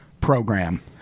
program